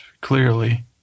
clearly